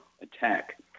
attack